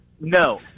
No